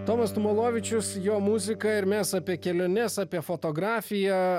tomas tumolovičius jo muzika ir mes apie keliones apie fotografiją